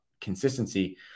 consistency